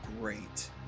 Great